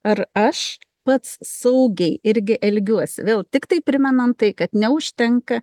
ar aš pats saugiai irgi elgiuosi vėl tiktai primenant tai kad neužtenka